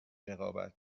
رقابت